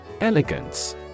Elegance